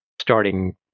starting